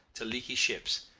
to leaky ships,